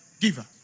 giver